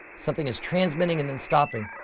something is transmitting, and then stopping.